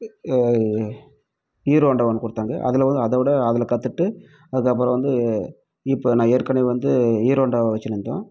hero Honda ஒன்று கொடுத்தாங்க அதில் விட அதை விட அதில் கற்றுட்டு அதுக்கு அப்புறம் வந்து ஏ இப்போ நான் ஏற்கனவே வந்து ஹீரோ ஹோண்டா வெச்சுருந்தேன்